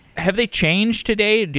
have they changed today?